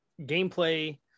gameplay